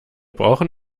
brauchen